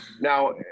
Now